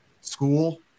school